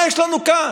מה יש לנו כאן?